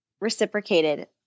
reciprocated